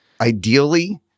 Ideally